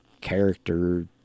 character